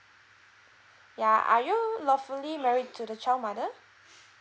ya are you lawfully married to the child mother